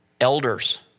elders